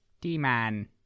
d-man